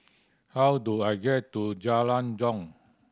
how do I get to Jalan Jong